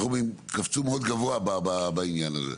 זאת אומרת קפצו מאוד גבוה בעניין הזה.